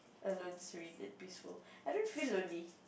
alone serene and peaceful I don't feel lonely